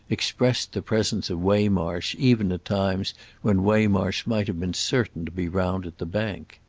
expressed the presence of waymarsh even at times when waymarsh might have been certain to be round at the bank.